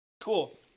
Cool